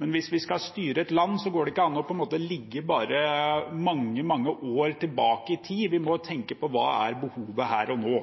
men hvis vi skal styre et land, går det på en måte ikke an bare å ligge mange, mange år tilbake i tid, vi må tenke på hva som er behovet her og nå.